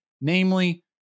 Namely